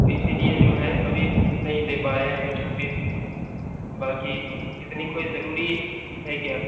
تو اِسی لیے جو ہے ابھی نہیں دے پا رہے ہیں ابھی چُھٹی باقی اتنی کوئی ضروری ہے کیا